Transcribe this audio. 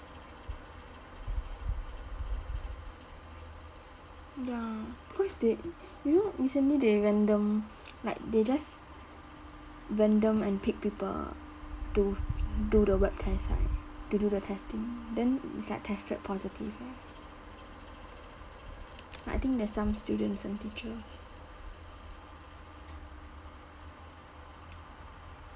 ya cause they you know recently they random like they just random and pick people to do the swab test right to do the testing then it's like tested positive eh I think there's some students and teachers